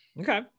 Okay